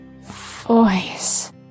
Voice